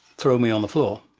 throw me on the floor.